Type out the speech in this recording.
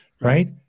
right